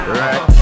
right